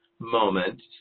moment